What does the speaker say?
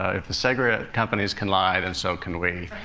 ah if the cigarette companies can lie, then so can we.